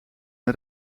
een